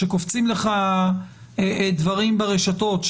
או כשקופצים לך דברים ברשתות,